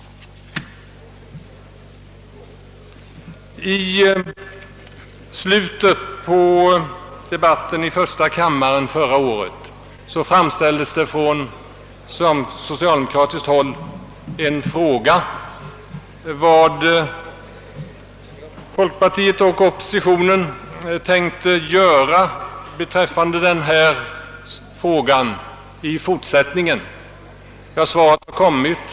I slutet på debatten i första kammaren förra året framställdes från <socialdemokratiskt håll en fråga om vad folkpartiet och oppositionen i fortsättningen tänkte göra beträffande föreliggande ärende. Svaret har kommit.